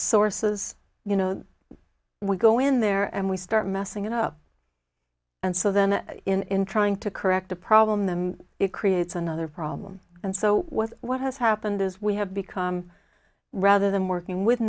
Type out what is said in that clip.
sources you know we go in there and we start messing it up and so then in trying to correct a problem them it creates another problem and so what has happened is we have become rather than working with